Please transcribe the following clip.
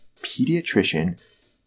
pediatrician